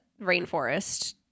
rainforest